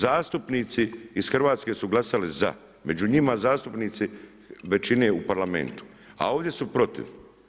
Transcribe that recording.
Zastupnici iz Hrvatske su glasali za, među njima zastupnici većine u Parlamentu a ovdje su protiv.